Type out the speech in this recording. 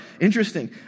Interesting